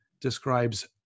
describes